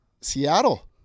Seattle